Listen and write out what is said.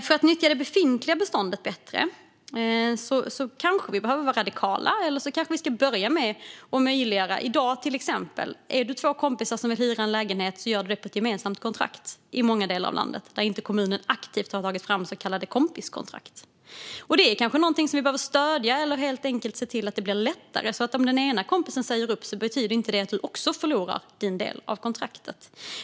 För att nyttja det befintliga beståndet bättre kanske vi behöver vara radikala. Till exempel kan i dag två kompisar som vill hyra en lägenhet göra det med ett gemensamt kontrakt. I många delar av landet har kommuner inte aktivt tagit fram så kallade kompiskontrakt. Det kanske är någonting som vi behöver stödja. Vi kanske helt enkelt ska se till att det blir lättare, så att om den ena kompisen säger upp kontraktet ska det inte betyda att den andra kompisen förlorar sin del av kontraktet.